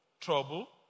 trouble